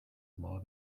more